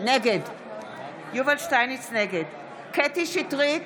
נגד קטי קטרין שטרית,